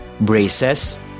braces